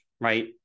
right